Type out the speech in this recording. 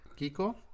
Kiko